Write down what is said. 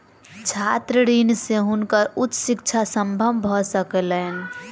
छात्र ऋण से हुनकर उच्च शिक्षा संभव भ सकलैन